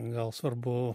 gal svarbu